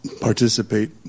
participate